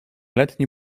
letni